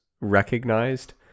recognized